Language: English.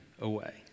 away